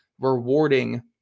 rewarding